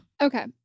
Okay